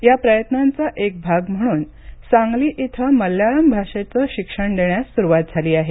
या प्रयत्नांचा एक भाग म्हणून सांगली इथं मल्याळम भाषेचं शिक्षण देण्यास सुरुवात झाली आहे